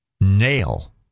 nail